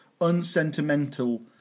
unsentimental